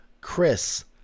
Chris